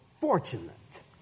fortunate